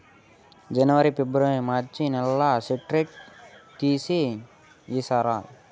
జనవరి, ఫిబ్రవరి, మార్చ్ నెలల స్టేట్మెంట్ తీసి ఇస్తారా?